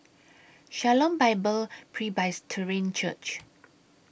Shalom Bible Presbyterian Church